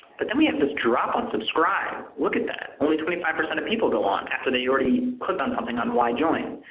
but then we have this drop on subscribe. look at that. only twenty five percent of people go on and after they already click on something on why join.